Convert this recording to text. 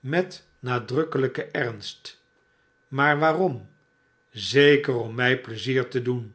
met nadrukkelijken ernst maar waarom zeker om mij leizier te doen